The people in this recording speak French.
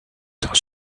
dans